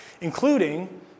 including